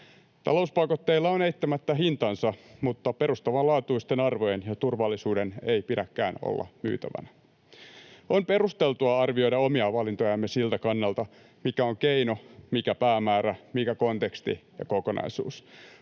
Talouspakotteilla on eittämättä hintansa, mutta perustavanlaatuisten arvojen ja turvallisuuden ei pidäkään olla myytävänä. On perusteltua arvioida omia valintojamme siltä kannalta, mikä on keino, mikä päämäärä, mikä konteksti ja kokonaisuus.